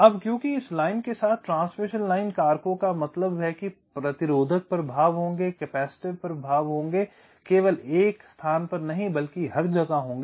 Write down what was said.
अब क्योंकि इस लाइन के साथ ट्रांसमिशन लाइन कारकों का मतलब है कि प्रतिरोधक प्रभाव होंगे कैपेसिटिव प्रभाव होंगे केवल एक स्थान पर नहीं बल्कि हर जगह होंगे